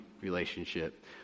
relationship